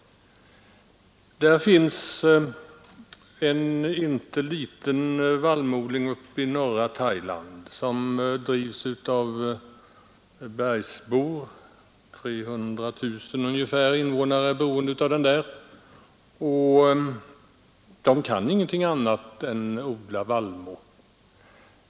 Uppe i norra Thailand finns en inte liten vallmoodling. Denna drivs av ungefär 300 000 bergsbor, vilka är beroende därav. De kan ingenting annat än odla vallmo.